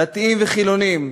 דתיים וחילונים,